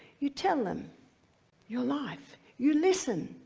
you tell them your life, you listen.